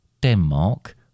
Denmark